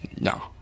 No